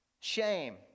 shame